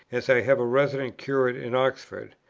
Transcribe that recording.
as i have a resident curate in oxford.